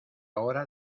hora